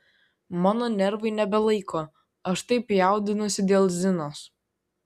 mano nervai nebelaiko aš taip jaudinuosi dėl zinos